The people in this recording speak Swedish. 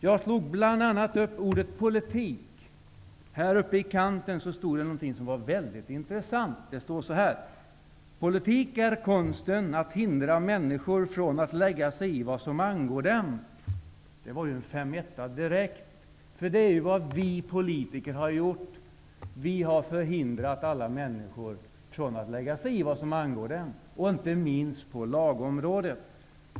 Jag slog bl.a. upp ordet politik, och då fann jag något mycket intressant. Det står: ''Politiken är konsten att hindra människorna från att lägga sig i det som angår dem.'' Det var en femetta direkt. Det är vad vi politiker har gjort. Vi har förhindrat alla människor från att lägga sig i vad som angår dem, inte minst på lagområdet.